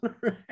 right